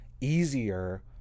easier